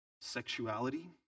sexuality